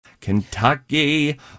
Kentucky